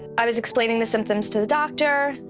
i was explaining the symptoms to the doctor.